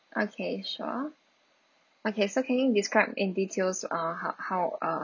okay sure okay so can you describe in details uh ho~ how uh